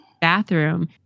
bathroom